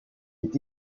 est